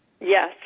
yes